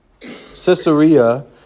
Caesarea